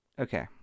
okay